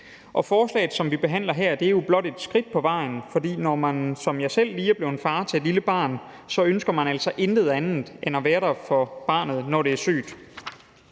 Forslaget, som vi behandler her, er jo blot et skridt på vejen, for når man som jeg selv lige er blevet far til et lille barn, ønsker man altså intet andet end at være der for barnet, når det er sygt.